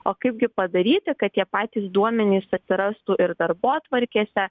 o kaipgi padaryti kad tie patys duomenys atsirastų ir darbotvarkėse